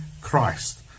Christ